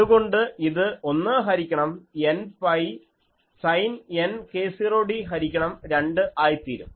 അതുകൊണ്ട് ഇത് 1 ഹരിക്കണം n pi sine n k0d ഹരിക്കണം 2 ആയിത്തീരും